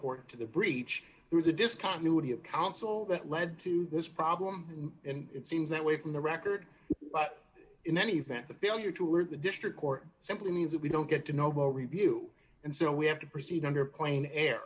court to the breach was a discontinuity of counsel that led to this problem and it seems that way from the record but in any event the failure to alert the district court simply means that we don't get to know about review and so we have to proceed under clane air